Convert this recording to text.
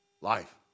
Life